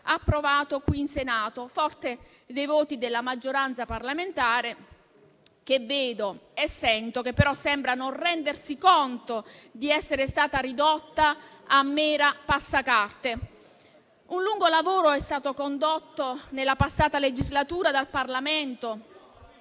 approvato qui in Senato, forte dei voti della maggioranza parlamentare, che vedo e sento, ma sembra non rendersi conto di essere stata ridotta a mera passacarte. Un lungo lavoro è stato condotto nella passata legislatura dal Parlamento,